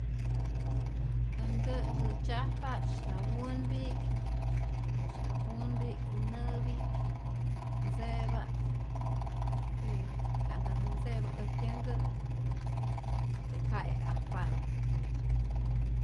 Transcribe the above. Äj nkä' nkä'tzyajpa't syapunpi'ksyapunpi'k y nä'pi'k, ntze'pa't por que ka'ntatä ntze'pa äjtyä nkä' ka'eajpatä.